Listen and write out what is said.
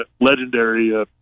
legendary